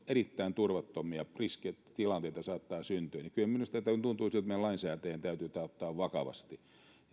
erittäin turvattomia riskitilanteita saattaa syntyä kyllä minusta jotenkin tuntuu siltä että meidän lainsäätäjien täytyy tämä ottaa vakavasti ja